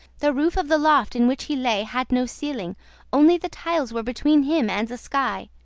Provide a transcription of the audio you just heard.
the roof of the loft in which he lay had no ceiling only the tiles were between him and the sky.